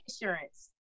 insurance